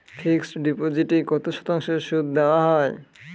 Fixed ডিপোজিটে কত শতাংশ সুদ দেওয়া হয়?